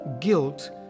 guilt